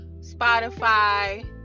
Spotify